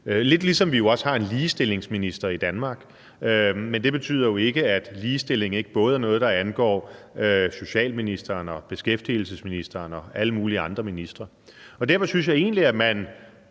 lidt ligesom, at vi også har en ligestillingsminister i Danmark, men det betyder jo ikke, at ligestilling ikke er noget, der både angår socialministeren og beskæftigelsesministeren og alle mulige andre ministre, og derfor synes jeg egentlig, at man